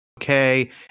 okay